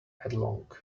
headlong